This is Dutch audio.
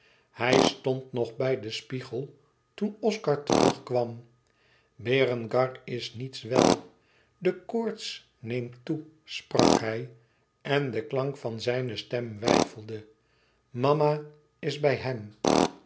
hij stond nog bij den spiegel toen oscar terugkwam berengar is niets wel de koorts neemt toe sprak hij en de klank van zijne stem weifelde mama is bij hem